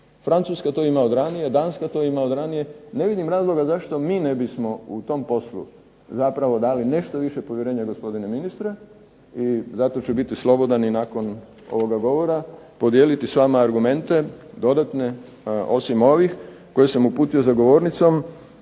Francuska to ima od ranije, Danska to ima od ranije, ne vidim razloga zašto mi ne bismo u tom poslu zapravo dali nešto više povjerenja gospodine ministre, i zato ću biti slobodan i nakon ovoga govora podijeliti s vama argumente dodatne, a osim ovim koje sam uputio za govornicom,